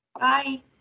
Bye